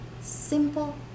simple